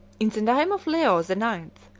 in the time of leo the ninth,